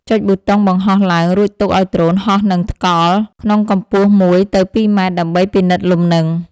ចុចប៊ូតុងបង្ហោះឡើង រួចទុកឱ្យដ្រូនហោះនឹងថ្កល់ក្នុងកម្ពស់ ១ ទៅ ២ ម៉ែត្រដើម្បីពិនិត្យលំនឹង។